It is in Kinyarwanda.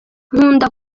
nkunda